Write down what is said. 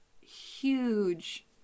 huge